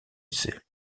lycée